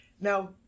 Now